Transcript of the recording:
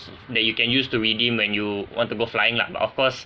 that you can use to redeem when you want to go flying lah but of course